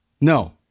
No